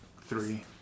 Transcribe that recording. Three